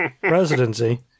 presidency